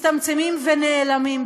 מצטמצמים ונעלמים.